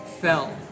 fell